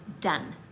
done